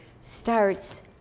starts